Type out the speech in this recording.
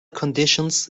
conditions